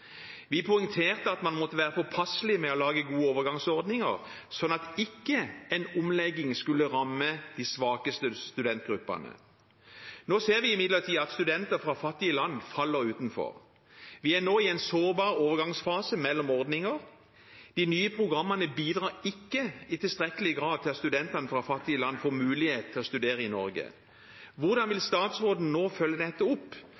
Vi poengterte at man måtte være påpasselig med å lage gode overgangsordninger, slik at en omlegging ikke skulle ramme de svakeste studentgruppene. Nå ser vi imidlertid at studenter fra fattige land faller utenfor. Vi er nå i en sårbar overgangsfase mellom ordninger – de nye programmene bidrar ikke i tilstrekkelig grad til at studentene fra fattige land får mulighet til å studere i Norge. Hvordan vil statsråden nå følge dette opp,